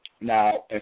Now